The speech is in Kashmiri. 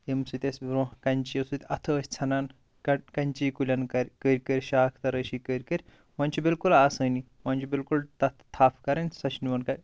ییٚمۍ سۭتۍ اَسۍ برٛونٛہہ کَنچِیو سۭتۍ اَتھٕ ٲسۍ ژھٮ۪نان کَنٛچی کُلٮ۪ن کٔرۍ کٔرۍ شاخ تَرٲشی کٔرۍ کٔرۍ وۄنۍ چھِ بِالکُل آسٲنی وۄنۍ چھِ بِلکُل تَتھ تَھپھ کَرٕنۍ سۄ چھِ نِوان کٔرِتھ